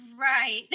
right